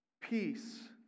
Peace